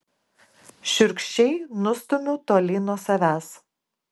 šiurkščiai nustumiu tolyn nuo savęs